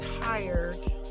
tired